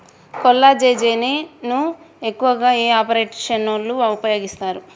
కొల్లాజెజేని ను ఎక్కువగా ఏ ఆపరేషన్లలో ఉపయోగిస్తారు?